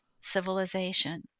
civilization